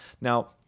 Now